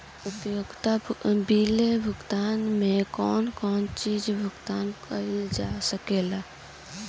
उपयोगिता बिल भुगतान में कौन कौन चीज के भुगतान कइल जा सके ला?